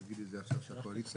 תגיד את זה עכשיו לגבי הקואליציה,